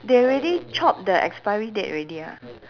they already chop the expiry date already ah